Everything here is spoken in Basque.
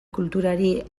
kulturari